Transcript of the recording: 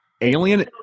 Alien